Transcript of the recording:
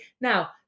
Now